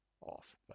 off